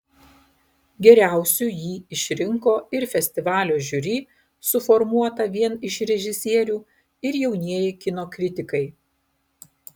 geriausiu jį išrinko ir festivalio žiuri suformuota vien iš režisierių ir jaunieji kino kritikai